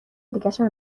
دیگشم